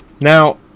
Now